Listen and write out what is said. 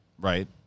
right